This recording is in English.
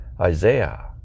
Isaiah